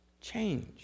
Change